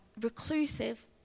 reclusive